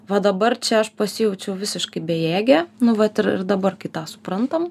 va dabar čia aš pasijaučiau visiškai bejėgė nu vat ir dabar kai tą suprantam